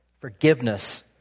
forgiveness